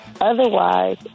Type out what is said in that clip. Otherwise